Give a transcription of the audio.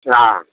ला